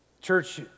Church